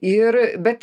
ir bet